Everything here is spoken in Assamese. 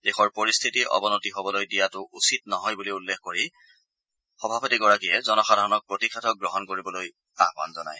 দেশৰ পৰিস্থিতি অৱনতি হ'বলৈ দিয়াটো উচিত নহয় বুলি উল্লেখ কৰি অধ্যক্ষগৰাকীয়ে জনসাধাৰণক প্ৰতিষেধক গ্ৰহণ কৰিবলৈ আহ্বান জনায়